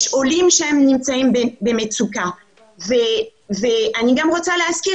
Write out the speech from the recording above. יש עולים שנמצאים במצוקה ואני רוצה להזכיר